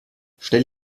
stell